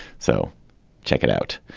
so check it out.